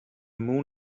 moon